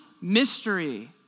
mystery